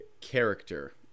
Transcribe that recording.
character